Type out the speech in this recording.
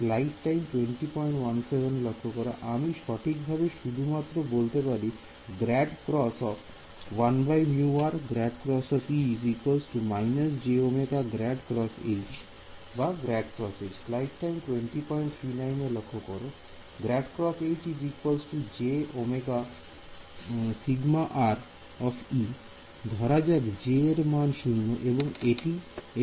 Student আমি সঠিকভাবে শুধুমাত্র বলতে পারি ∇× H jωεE ধরা যাক J এর মান 0 এবং একটি জটিল না